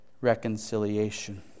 reconciliation